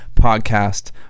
podcast